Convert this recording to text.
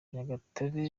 nyagatare